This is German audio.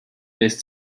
lässt